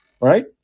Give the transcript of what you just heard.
right